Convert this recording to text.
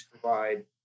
provide